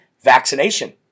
vaccination